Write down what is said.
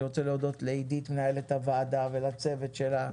אני רוצה להודות לעידית מנהלת הוועדה ולצוות שלה,